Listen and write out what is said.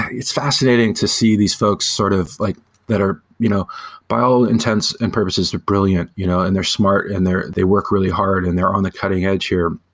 it's fascinating to see these folks sort of like that are you know by all intents and purposes are brilliant you know and they're smart and they work really hard and they're on the cutting edge here,